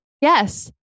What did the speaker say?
Yes